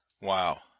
Wow